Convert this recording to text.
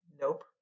Nope